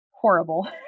horrible